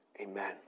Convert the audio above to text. Amen